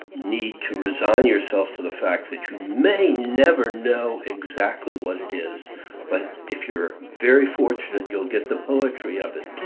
need to resign yourself to the fact that you may know exactly what it is but if you're very fortunate you'll get the poetry of it.